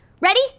Ready